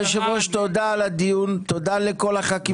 הדיון, תודה לח"כים